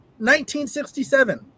1967